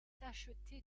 tacheté